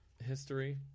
history